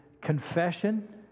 confession